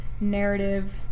narrative